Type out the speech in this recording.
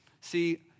See